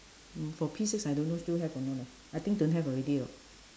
for P six I don't know still have or not leh I think don't have already lor